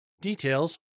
Details